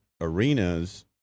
arenas